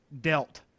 dealt